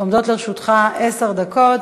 עומדות לרשותך עשר דקות.